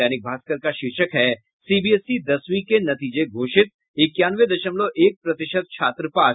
दैनिक भास्कर का शीर्षक है सीबीएसई दसवीं के नतीजे घोषित इक्यानवे दशमलव एक प्रतिशत छात्र पास